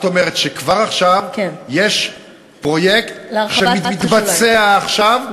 כבר עכשיו יש פרויקט שמתבצע עכשיו,